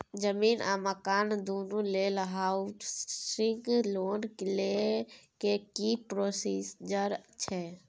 जमीन आ मकान दुनू लेल हॉउसिंग लोन लै के की प्रोसीजर छै?